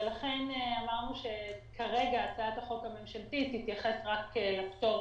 ולכן אמרנו שכרגע הצעת החוק הממשלתית תתייחס רק לפטור